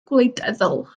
gwleidyddol